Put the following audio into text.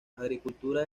agricultura